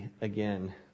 again